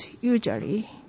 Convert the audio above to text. usually